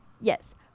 Yes